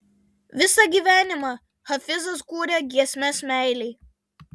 visą gyvenimą hafizas kūrė giesmes meilei